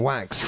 Wax